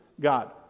God